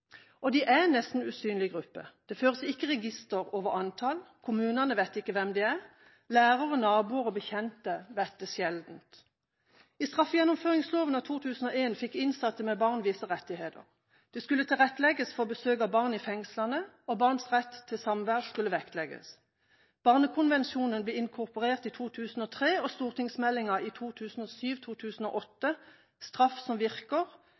er en nesten usynlig gruppe. Det føres ikke register over antall. Kommunene vet ikke hvem de er. Lærere, naboer og bekjente vet det sjelden. I straffegjennomføringsloven av 2001 fikk innsatte med barn visse rettigheter. Det skulle tilrettelegges for barns besøk i fengslene, og barns rett til samvær skulle vektlegges. Barnekonvensjonen ble inkorporert i 2003, og St.meld. nr. 37 for 2007–2008, Straff som virker,